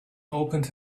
opened